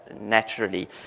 naturally